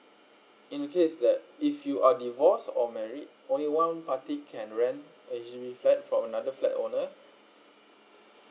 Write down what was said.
in a case that if you are divorce or married only one party can rent H_D_B flat for another flat owner